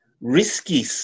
risky